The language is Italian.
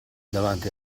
davanti